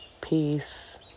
peace